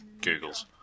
googles